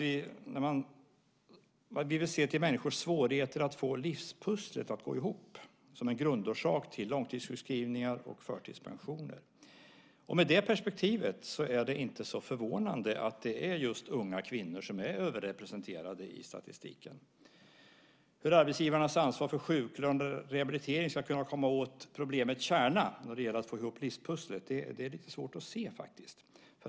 Vi säger att vi vill se till människors svårigheter att få livspusslet att gå ihop som en grundorsak till långtidssjukskrivningar och förtidspensioner. Med det perspektivet är det inte så förvånande att det är just unga kvinnor som är överrepresenterade i statistiken. Hur arbetsgivarnas ansvar för sjuklön och rehabilitering ska kunna komma åt problemets kärna när det gäller att få ihop livspusslet är svårt att se, faktiskt.